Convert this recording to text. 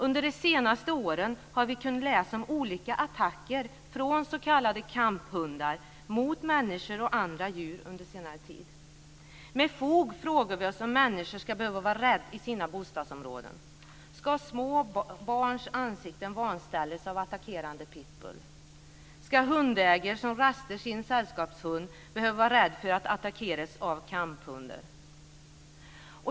Under de senaste åren har vi kunnat läsa om olika attacker från s.k. kamphundar mot människor och djur. Med fog frågar vi oss om människor ska behöva vara rädda i sina bostadsområden. Ska små barns ansikten vanställas av attackerande pitbullhundar? Ska hundägare som rastar sin sällskapshund behöva vara rädd för att attackeras av kamphundar?